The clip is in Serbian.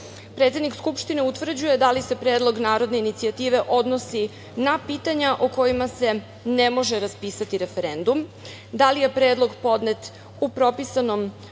postupak. Predsednik Skupštine utvrđuje da li se predlog narodne inicijative odnosi na pitanja o kojima se ne može raspisati referendum, da li je predlog podnet u propisanom